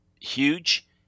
huge